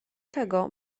tego